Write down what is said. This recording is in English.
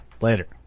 Later